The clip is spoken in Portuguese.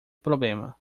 problema